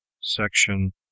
Section